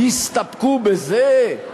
יסתפקו בזה?